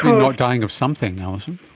um not dying of something, alison.